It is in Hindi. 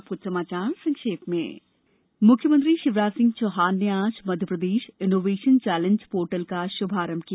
अब कुछ समाचार संक्षेप में मुख्यमंत्री शिवराज सिंह चौहान ने आज मध्यप्रदेश इनोवेशन चैलेंज पोर्टल का शुभारंभ किया